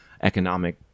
economic